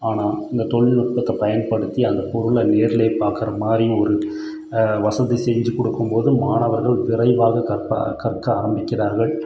ஆனால் இந்த தொழில்நுட்பத்தை பயன்படுத்தி அந்த பொருளை நேரிலே பாக்கிற மாதிரியும் ஒரு வசதி செஞ்சுக் கொடுக்கும்போது மாணவர்கள் விரைவாக கற்க ஆரம்பிக்கிறார்கள்